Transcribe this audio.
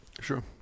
Sure